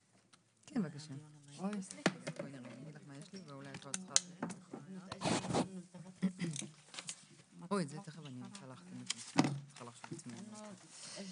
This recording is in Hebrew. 09:27.